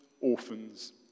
orphans